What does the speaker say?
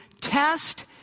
test